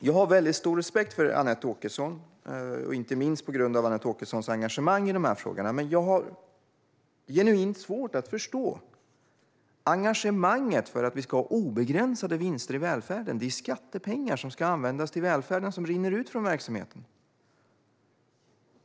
Jag har stor respekt för Anette Åkesson, inte minst på grund av hennes engagemang i dessa frågor. Men jag har genuint svårt att förstå engagemanget för att vi ska ha obegränsade vinster i välfärden. Det är skattepengar som ska användas till välfärden som rinner ut ur verksamheten.